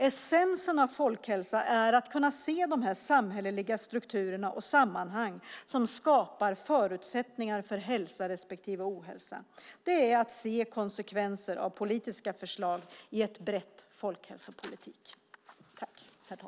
Essensen av folkhälsa är att se de samhälleliga strukturerna och sammanhangen som skapar förutsättningar för hälsa respektive ohälsa. Det är att se konsekvenser av politiska förslag i ett brett folkhälsopolitiskt perspektiv.